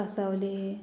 कासावले